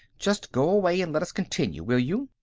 just go away and let us continue, will you?